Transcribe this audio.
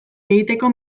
egiteko